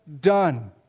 done